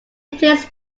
plays